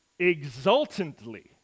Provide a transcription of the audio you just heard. exultantly